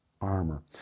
Armor